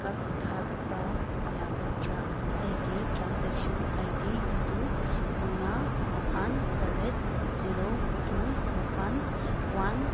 ꯀꯛꯊꯠꯄ ꯌꯥꯒꯗ꯭ꯔꯥ ꯑꯩꯒꯤ ꯇ꯭ꯔꯥꯟꯖꯦꯛꯁꯟ ꯑꯥꯏ ꯗꯤ ꯑꯗꯨ ꯃꯉꯥ ꯃꯥꯄꯟ ꯇꯔꯦꯠ ꯖꯤꯔꯣ ꯇꯨ ꯃꯥꯄꯟ ꯋꯥꯟ